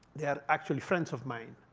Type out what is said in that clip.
they are actually friends of mine.